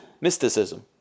mysticism